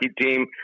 team